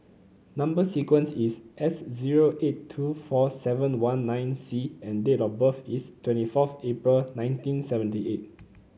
number sequence is S zero eight two four seven one nine C and date of birth is twenty fourth April nineteen seventy eight